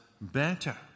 better